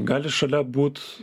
gali šalia būt